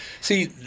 See